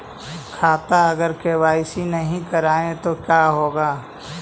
खाता अगर के.वाई.सी नही करबाए तो का होगा?